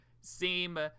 seem